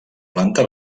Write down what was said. planta